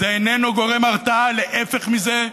זה איננו גורם הרתעה, להפך מזה,